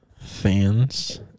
fans